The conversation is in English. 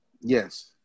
yes